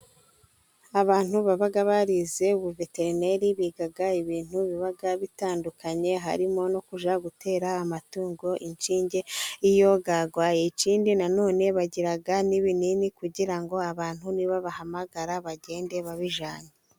Abantu baba barize ubuveterineri biga ibintu biba bitandukanye, harimo no kujya gutera amatungo inshinge iyo yarwaye Ikindi nanone bagira n'ibinini kugira ngo abantu nibabahamagara bagende babijyanye.